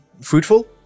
fruitful